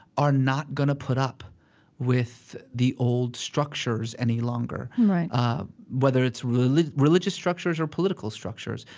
are not going to put up with the old structures any longer right um whether it's religious religious structures or political structures.